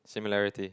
similarity